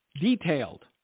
detailed